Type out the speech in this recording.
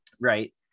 Right